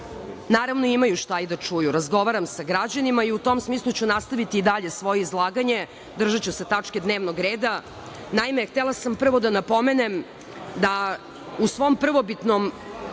imaj šta i da čuju. Razgovaram sa građanima i u tom smislu ću nastaviti i dalje svoje izlaganje, držaću se tačke dnevnog reda. Naime, htela sam prvo da napomenem da u svom prvobitnom